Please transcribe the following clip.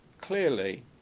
clearly